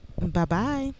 Bye-bye